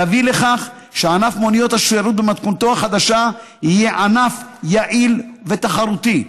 תביא לכך שענף מוניות השירות במתכונתו החדשה יהיה ענף יעיל ותחרותי,